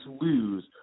lose